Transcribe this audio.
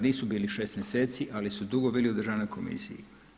Nisu bili 6 mjeseci, ali su dugo bili u državnoj komisiji.